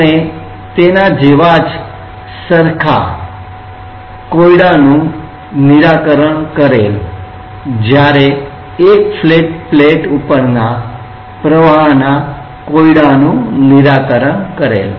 આપણે તેના જેવાજ સમાન કોયડા નુ નિરાકરણ કરેલું જ્યારે આપણે એક ફ્લેટ પ્લેટ ઉપરના પ્રવાહના કોયડા નુ નિરાકરણ કરતા હતા